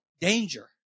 Danger